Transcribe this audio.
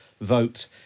vote